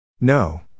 No